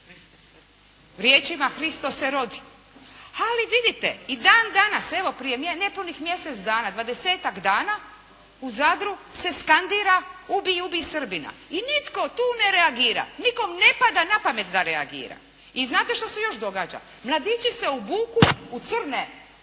riječima Kristo se rodi. Ali vidite i dan danas, evo prije nepunih mjesec dana, 20-tak dana u Zadru se skandira ubij, ubij Srbina i nitko tu ne reagira. Nikom ne pada na pamet da reagira. I znate šta se još događa? Mladići se obuku u crne